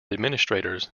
administrators